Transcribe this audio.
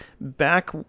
back